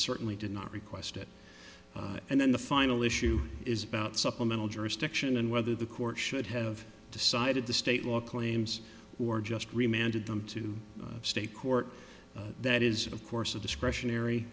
certainly did not request it and then the final issue is about supplemental jurisdiction and whether the court should have decided the state law claims or just reminded them to state court that is of course a discretionary